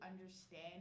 understand